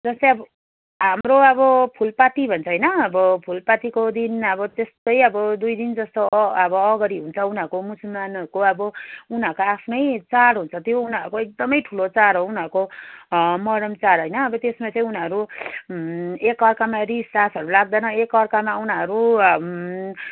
जस्तो अब हाम्रो अबो फुलपाती भन्छ होइन अब फुलपातीको दिन अब त्यस्तो अब दुई दिन जस्तो अब अगाडि हुन्छ उनीहरूको मुसुलमानहरूको अब उनीहरूको आफ्नै चाड हुन्छ त्यो उनीहरूको एकदम ठुलो चाड हो उनीहरूको मोहरम चाड होइन अब त्यसमा चाहिँ उनीहरू एकअर्कामा रिसरागहरू राख्दैन एकअर्कामा उनीहरू